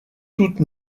toutes